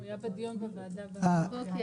הוא היה בדיון הוועדה בבוקר.